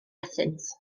atynt